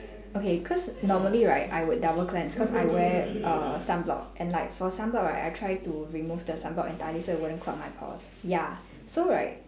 okay cause normally right I would double cleanse cause I wear err sunblock and like for sunblock right I try to remove the sunblock entirely so it wouldn't clog my pores ya so right